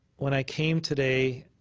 when i came today,